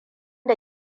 da